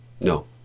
No